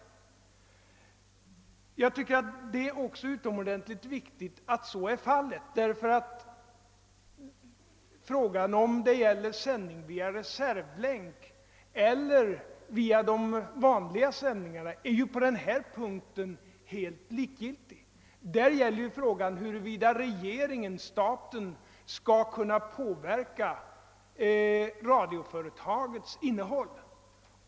Enligt min mening är detta förhållande utomordentligt viktigt, eftersom frågan om sändning via reservlänk eller via de vanliga länkarna på denna punkt är helt likgiltig. Problemet gäller ju om staten skall kunna påverka radiosändningarnas innehåll.